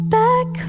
back